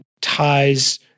ties